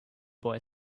boy